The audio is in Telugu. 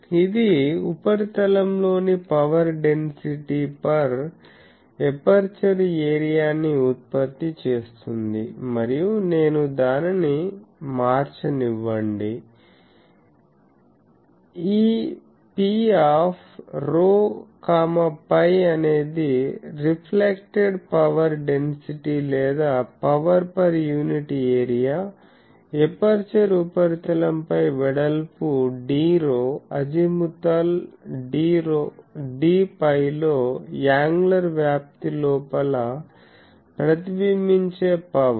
ఇది ఉపరితలంలోని power density per aperture area ని ఉత్పత్తి చేస్తుంది మరియు నేను దానిని మార్చనివ్వండి ఈ Pρ φ అనేది రిఫ్లెక్టెడ్ పవర్ డెన్సిటీ లేదా power per unit area aperture ఉపరితలంపై వెడల్పు dρ అజిముత్ dφ లో యాంగులర్ వ్యాప్తి లోపల ప్రతిబింబించే పవర్